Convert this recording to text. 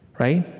right?